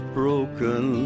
broken